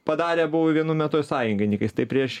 padarė abu vienu metu ir sąjungininkais tai prieš